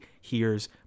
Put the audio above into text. hears